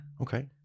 Okay